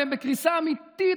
והם בקריסה אמיתית,